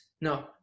no